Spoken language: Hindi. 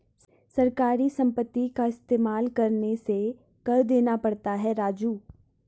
सरकारी संपत्ति का इस्तेमाल करने से कर देना पड़ता है राजू